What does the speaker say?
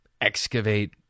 excavate